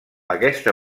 aquesta